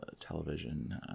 television